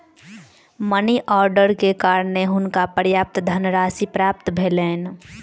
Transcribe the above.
money order के कारणें हुनका पर्याप्त धनराशि प्राप्त भेलैन